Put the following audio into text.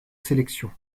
sélection